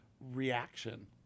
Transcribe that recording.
reaction